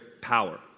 power